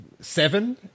Seven